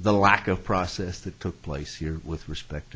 the lack of process that took place here with respect